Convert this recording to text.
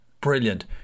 Brilliant